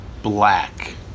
black